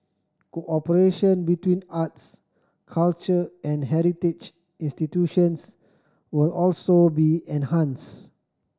cooperation between arts culture and heritage institutions will also be enhanced